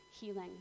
healing